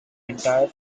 entire